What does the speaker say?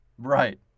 Right